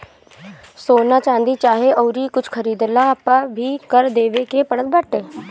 सोना, चांदी चाहे अउरी कुछु खरीदला पअ भी कर देवे के पड़त बाटे